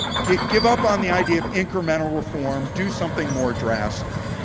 give give up on the idea of incremental reform, do something more drastic.